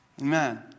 Amen